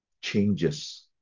changes